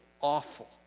awful